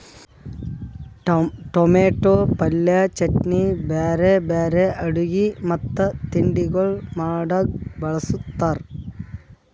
tomato ಪಲ್ಯ, ಚಟ್ನಿ, ಬ್ಯಾರೆ ಬ್ಯಾರೆ ಅಡುಗಿ ಮತ್ತ ತಿಂಡಿಗೊಳ್ ಮಾಡಾಗ್ ಬಳ್ಸತಾರ್